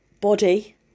body